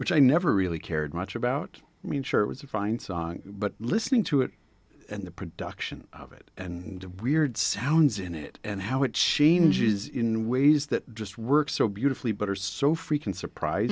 which i never really cared much about i mean sure it was a fine song but listening to it and the production of it and weird sounds in it and how it changes in ways that just works so beautifully but are so freakin surpris